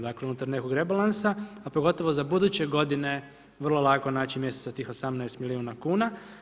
Dakle, unutar nekog rebalansa, a pogotovo za buduće godine vrlo lako naći mjesto za tih 18 milijuna kuna.